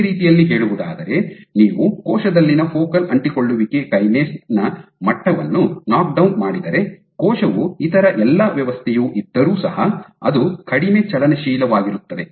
ಬೇರೆ ರೀತಿಯಲ್ಲಿ ಹೇಳುವುದಾದರೆ ನೀವು ಕೋಶದಲ್ಲಿನ ಫೋಕಲ್ ಅಂಟಿಕೊಳ್ಳುವಿಕೆ ಕೈನೇಸ್ ನ ಮಟ್ಟವನ್ನು ನಾಕ್ಡೌನ್ ಮಾಡಿದರೆ ಕೋಶವು ಇತರ ಎಲ್ಲ ವ್ಯವಸ್ಥೆಯು ಇದ್ದರು ಸಹ ಅದು ಕಡಿಮೆ ಚಲನಶೀಲವಾಗಿರುತ್ತದೆ